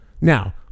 Now